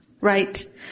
right